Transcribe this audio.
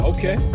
Okay